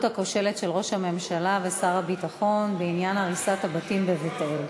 הכושלת של ראש הממשלה ושר הביטחון בעניין הריסת הבתים בבית-אל.